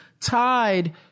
tied